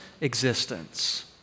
existence